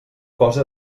cosa